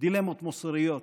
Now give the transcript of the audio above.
דילמות מוסריות,